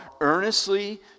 earnestly